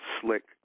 slick